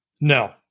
No